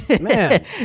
Man